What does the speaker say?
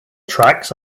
tracks